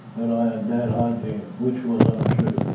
that i had bad um hygiene, which was untrue.